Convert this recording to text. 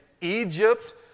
Egypt